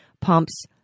pumps